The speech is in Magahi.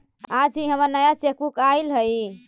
आज ही हमर नया चेकबुक आइल हई